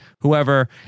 whoever